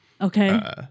Okay